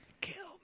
Kill